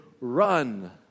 run